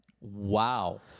Wow